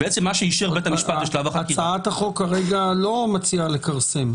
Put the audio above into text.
מה שאישר בית המשפט בשלב החקירה --- הצעת החוק כרגע לא מציעה לכרסם.